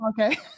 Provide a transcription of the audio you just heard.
Okay